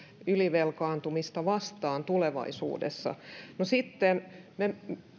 ylivelkaantumista vastaan tulevaisuudessa me